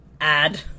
Add